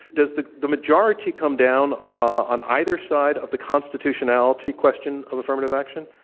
does the the majority come down on either side of the constitutionality question of affirmative action?